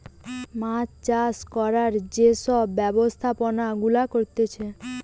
মাছ চাষ করার যে সব ব্যবস্থাপনা গুলা করতিছে